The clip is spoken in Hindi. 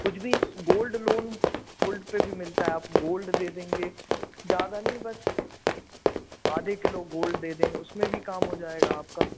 कुछ भी गोल्ड लोन गोल्ड पे भी मिलता है आप गोल्ड दे देंगे ज़्यादा नहीं बस आधे किलो गोल्ड दे दें उसमें भी काम हो जाएगा आपका